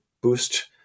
boost